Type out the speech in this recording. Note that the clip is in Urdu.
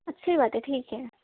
اچھی بات ہے ٹھیک ہے